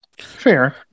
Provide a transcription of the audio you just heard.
Fair